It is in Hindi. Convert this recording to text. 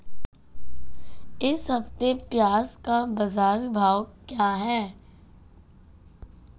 इस हफ्ते प्याज़ का बाज़ार भाव क्या है?